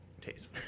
taste